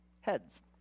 heads